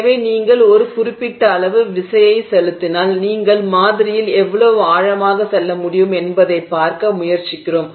எனவே நீங்கள் ஒரு குறிப்பிட்ட அளவு விசையை செலுத்தினால் நீங்கள் மாதிரியில் எவ்வளவு ஆழமாக செல்ல முடியும் என்பதைப் பார்க்க முயற்சிக்கிறோம்